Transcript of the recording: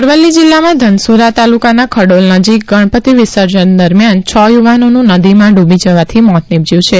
અરવલ્લી જિલ્લામાં ધનસુરા તાલુકાના ખડોલ નજીક ગણપતિ વિસર્જન દરમિયાન છ યુવાનોનું નદીમાં ડૂબી જવાથી મોત નિપજ્યું છે